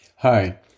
Hi